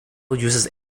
used